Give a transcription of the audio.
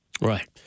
Right